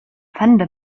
fender